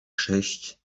sześć